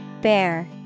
Bear